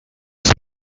spot